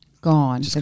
gone